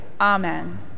Amen